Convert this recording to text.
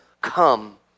come